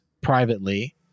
privately